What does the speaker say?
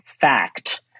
fact